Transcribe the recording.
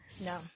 No